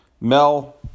Mel